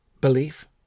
belief